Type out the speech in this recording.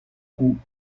coups